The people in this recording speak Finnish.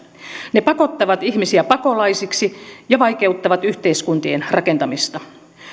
ne pakottavat ihmisiä pakolaisiksi ja vaikeuttavat yhteiskuntien rakentamista